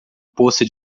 poça